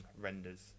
renders